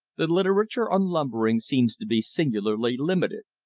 the literature on lumbering seems to be singularly limited.